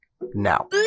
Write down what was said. now